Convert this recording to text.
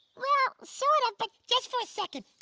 well sort of but just for a second.